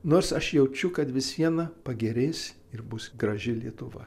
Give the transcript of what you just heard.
nors aš jaučiu kad vis viena pagerės ir bus graži lietuva